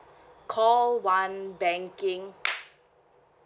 call one banking